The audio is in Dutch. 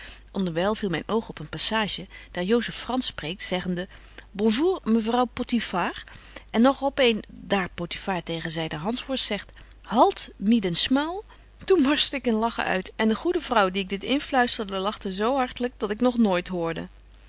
onderwyl viel myn oog op een passage daar josep fransch spreekt zeggende bonjour mevrouw potifars en op nog een daar potifar tegen zynen hansworst zegt halt mi den smaul toen barste ik in lachen uit en de goede vrouw die ik dit inluisterde lachte zo hartlyk als ik nog nooit hoorde